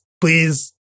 please